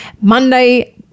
Monday